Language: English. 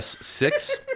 six